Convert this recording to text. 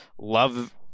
Love—